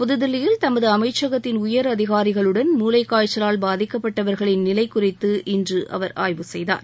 புதுதில்லியில் தனது அமைச்சகத்தின் உயர் அதிகாரிகளுடன் முளைக்காய்ச்சலால் பாதிக்கப்பட்டவர்களின் நிலைகுறித்து அவர் இன்று ஆய்வு செய்தார்